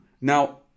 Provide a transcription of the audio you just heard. Now